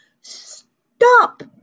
stop